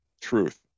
Truth